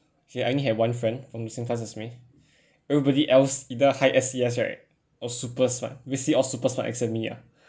okay I only had one friend from the same class as me everybody else either high S_E_S right or super smart we see all super smart except me ah